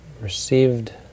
received